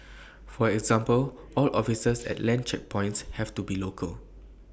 for example all officers at land checkpoints have to be local